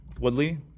Woodley